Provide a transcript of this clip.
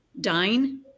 dine